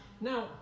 now